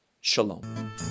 Shalom